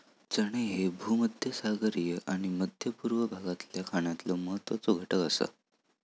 चणे ह्ये भूमध्यसागरीय आणि मध्य पूर्व भागातल्या खाण्यातलो महत्वाचो घटक आसा